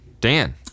Dan